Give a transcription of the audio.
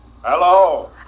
Hello